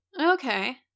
Okay